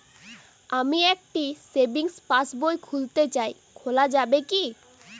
আমি একটি সেভিংস পাসবই খুলতে চাই খোলা যাবে কি?